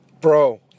Bro